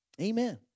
Amen